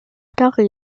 begabter